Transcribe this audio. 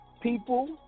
People